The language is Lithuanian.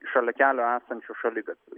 šalia kelio esančiu šaligatvį